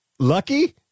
Lucky